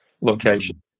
location